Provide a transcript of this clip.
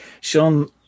Sean